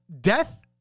death